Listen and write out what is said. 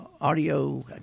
audio –